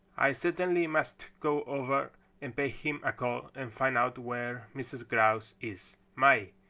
i certainly must go over and pay him a call and find out where mrs. grouse is. my,